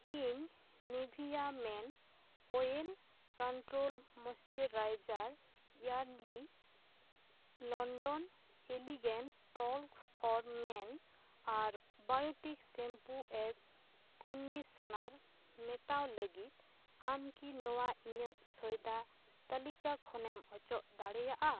ᱤᱧ Nivea men oil control moisturizer Yardley London elegance talc for men ᱟᱨ Biotique shampoo and conditioner ᱢᱮᱴᱟᱣ ᱞᱟᱹᱜᱤᱫ ᱟᱢᱠᱤ ᱱᱚᱣᱟ ᱤᱧᱟᱹᱜ ᱥᱚᱭᱫᱟ ᱛᱟᱞᱤᱠᱟ ᱠᱷᱚᱱᱮᱢ ᱚᱪᱚᱜ ᱫᱟᱲᱮᱭᱟᱜᱼᱟ